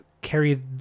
carry